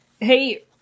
Hey